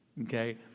okay